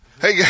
Hey